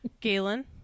Galen